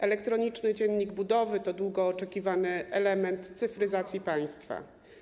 Elektroniczny dziennik budowy to długo oczekiwany element cyfryzacji państwa.